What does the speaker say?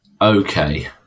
okay